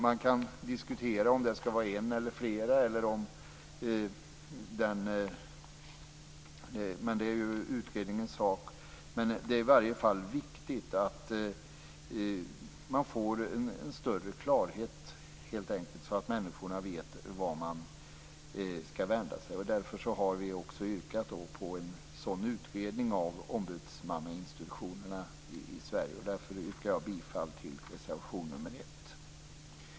Man kan diskutera om det skall vara en eller flera myndigheter - det är utredningens sak att gå igenom det - men det är viktigt att få en större klarhet, så att människor vet vart de skall vända sig. Vi har yrkat på en sådan här utredning om ombudsmannainstitutionerna i Sverige. Jag yrkar bifall till reservation nr 1.